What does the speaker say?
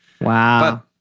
Wow